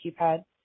keypad